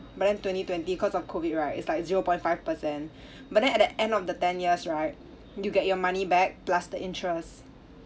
but then twenty twenty cause of COVID right it's like zero point five percent but then at the end of the ten years right you get your money back plus the interest